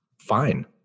fine